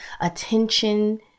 attention